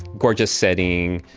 gorgeous setting,